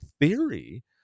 theory